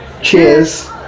Cheers